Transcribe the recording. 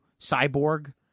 cyborg